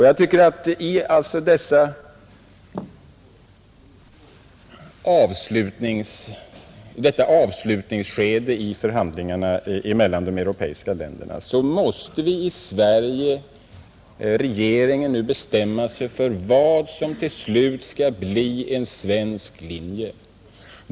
Jag tycker att regeringen i Sverige, så här i avslutningsskedet i förhandlingarna mellan de europeiska länderna, måste bestämma sig för vad som till slut skall bli en svensk linje.